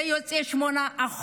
זה יוצא 8%,